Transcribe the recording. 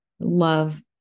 love